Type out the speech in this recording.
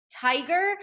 Tiger